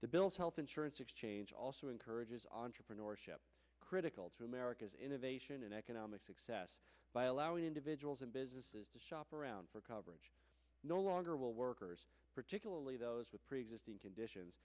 the bills health insurance exchange also encourages entrepreneurship critical to america's innovation and economic success by allowing individuals and businesses to shop around for coverage no longer will workers particularly those with preexisting conditions